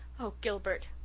oh, gilbert!